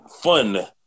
fun